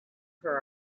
for